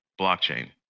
blockchain